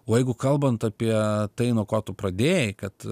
o jeigu kalbant apie tai nuo ko tu pradėjai kad